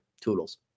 Toodles